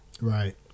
right